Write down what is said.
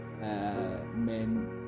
men